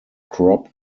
crop